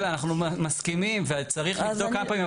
אנחנו מסכימים וצריך לבדוק כמה פעמים,